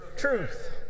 truth